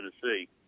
Tennessee